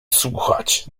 słuchać